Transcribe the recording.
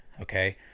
okay